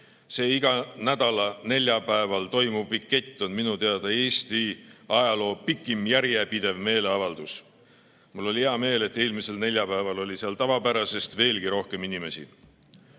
See igal neljapäeval toimuv pikett on minu teada Eesti ajaloo pikim järjepidev meeleavaldus. Mul oli hea meel, et eelmisel neljapäeval oli seal tavapärasest veelgi rohkem inimesi.